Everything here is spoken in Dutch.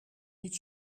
niet